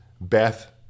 Beth